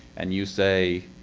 and you say,